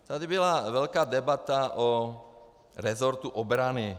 Tady byla velká debata o resortu obrany.